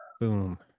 Boom